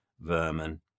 vermin